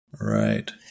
Right